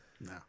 No